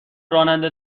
راننده